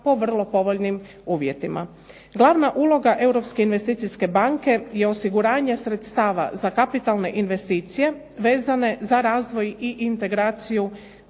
po vrlo povoljnim uvjetima. Glavna uloga Europske investicijske banke je osiguranje sredstava za kapitalne investicije vezane za razvoj i integraciju